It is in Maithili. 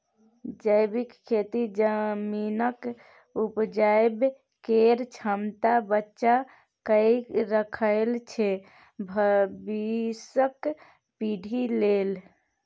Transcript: जैबिक खेती जमीनक उपजाबै केर क्षमता बचा कए राखय छै भबिसक पीढ़ी लेल